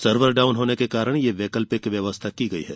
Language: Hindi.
सर्वर डाउन होने के कारण यह वैकल्पिक व्यवस्था की गई है